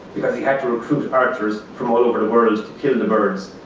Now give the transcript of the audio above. because he had to recruit archers from all over the world to kill the birds.